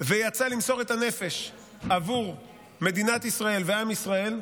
ויצא למסור את הנפש עבור מדינת ישראל ועם ישראל,